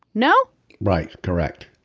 no right. correct.